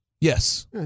yes